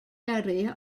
yrru